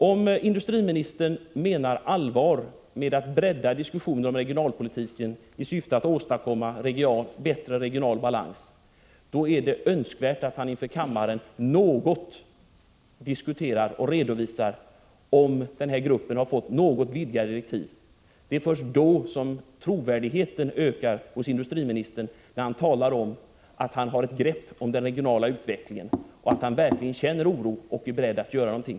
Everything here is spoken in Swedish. Om industriministern menar allvar med talet om att bredda diskussionen om regionalpolitiken i syfte att åstadkomma bättre regional balans, är det önskvärt att han inför kammaren redovisar om den nämnda gruppen har fått vidgade direktiv. Det är först då som industriministerns trovärdighet ökar när han säger att han har ett grepp om den regionala utvecklingen, att han verkligen känner oro och att han är beredd att göra någonting.